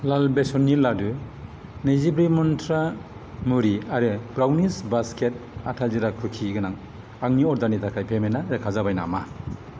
लाल बेसननि लादु नैजि ब्रै मन्त्रा मुरि आरो ब्राउनिस बास्केट आटा जिरा कुकि गोनां आंनि अर्डारनि थाखाय पेमेन्टा रोखा जाबाय नामा